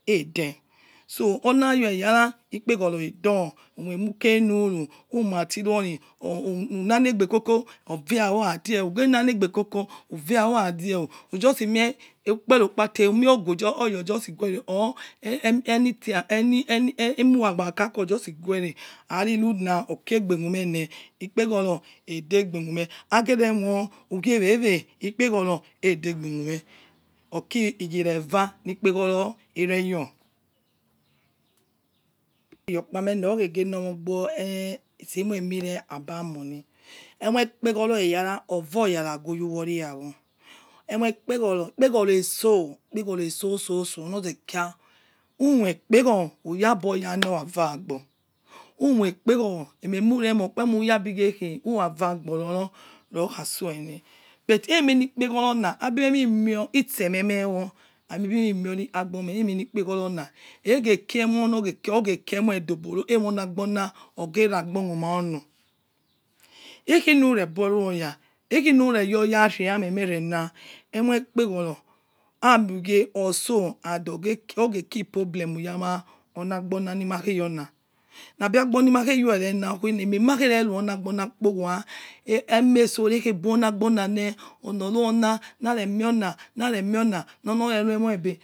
Edeh so onayor eyara ikpegoro edor umoi emukenuru umatiruo ri or unanegbe koko ovia wor oradior ugeh nanegbe koko uvia oradiwor ujusi mie ukpe re okpate umie oguejor orja ojoci guereh or enything eny eny eny ehemu ragbe mumeh agere mor ugie weweh ikpegoro edeg be mume oki ugie ra era ni ikpegor eregor oni iyor kpame na okhegenor meh ogbor eh sti msi emireh aba money emoi ikpegor eyara ova oya nago ovi uwori yawo emoi ikpegor ikpegoro eso ikpegor oetsososo nor zekirq umoi ikpegor uyagbor oya nor ra va agbor umoi ikpegor ememu remor kpo emiya bigieh khe uravagbor roro rokha stuene bet emeni ikpegor na abi meh imio itsememeh wor abi mehmi mior ri agbormeh emeni kpegorona egeh kie emor nor geh kia oge keh emor doboro emoni agbor na ogerabor muma uno ikhi nure borrow oya ikhi nureyor oya riemeh meh rena emoi ikpegoro ami ugie otso and ogeki oge ki pro biem yama ona agbona ni mak he your na nabi agboni makhe yor erena kuene ememakhereru onagbonakpo wa eh emeso rekhe bu onagbonaneh onor ruona nare mie ona nare mie ona nor na re rue emoi ebe